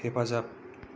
हेफाजाब